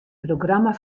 programma